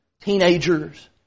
teenagers